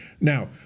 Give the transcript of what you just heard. Now